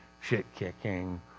shit-kicking